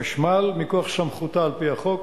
חשמל, מכוח סמכותה על-פי החוק.